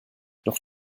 doch